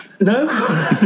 No